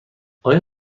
آیا